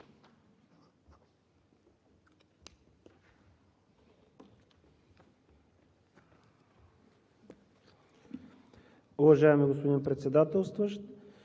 Уважаеми господин Председателстващ,